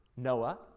Noah